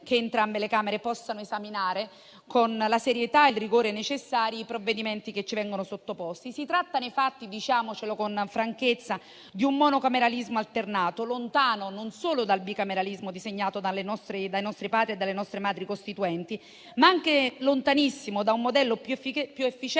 che entrambe le Camere esaminino con la serietà e il rigore necessari i provvedimenti che vengono loro sottoposti. Si tratta, nei fatti - diciamocelo con franchezza - di un monocameralismo alternato, lontano non solo dal bicameralismo disegnato dai nostri Padri e dalle nostre Madri costituenti, ma anche da un modello più efficiente,